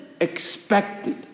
expected